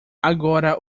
agora